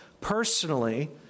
personally